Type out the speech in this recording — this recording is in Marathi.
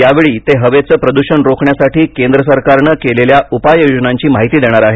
यावेळी ते हवेचं प्रद्षण रोखण्यासाठी केंद्र सरकारनं केलेल्या उपाय योजनांची माहिती देणार आहेत